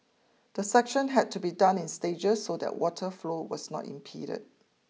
the section had to be done in stages so that water flow was not impeded